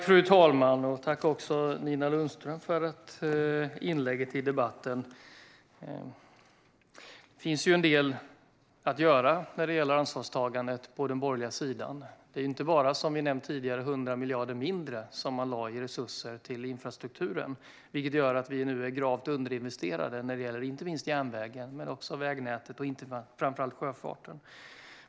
Fru talman! Tack, Nina Lundström, för inlägget i debatten! Det finns ju en del att göra på den borgerliga sidan när det gäller ansvarstagandet. Det är inte bara, som vi nämnt tidigare, 100 miljarder mindre som man lade i resurser till infrastrukturen, vilket gör att vi nu är gravt underinvesterade när det gäller inte minst järnvägen men också vägnätet och framför allt sjöfarten.